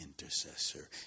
intercessor